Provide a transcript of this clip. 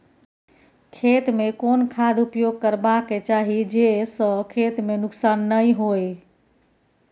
खेत में कोन खाद उपयोग करबा के चाही जे स खेत में नुकसान नैय होय?